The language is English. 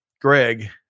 Greg